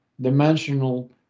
dimensional